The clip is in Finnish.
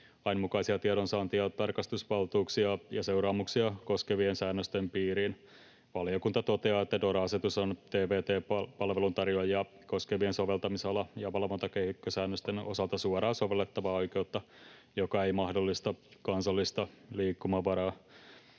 lain mukaisia tiedonsaanti- ja tarkastusvaltuuksia ja seuraamuksia koskevien säännösten piiriin. Valiokunta toteaa, että DORA-asetus on tvt-palveluntarjoajia koskevien soveltamisala- ja valvontakehikkosäännösten osalta suoraan sovellettavaa oikeutta, joka ei mahdollista kansallista liikkumavaraa.